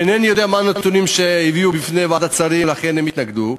אינני יודע אילו נתונים הביאו בפני ועדת השרים ולכן הם התנגדו.